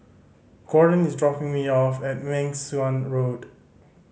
Gordon is dropping me off at Meng Suan Road